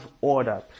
order